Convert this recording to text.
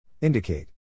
Indicate